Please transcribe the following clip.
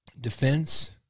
defense